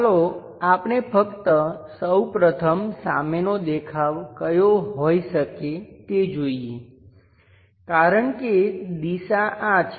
ચાલો આપણે ફક્ત સૌ પ્રથમ સામેનો દેખાવ ક્યો હોઈ શકે તે જોઈએ કારણ કે દિશા આ છે